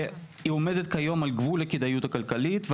כיום על גבול הכדאיות הכלכלית.